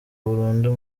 burundu